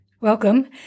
Welcome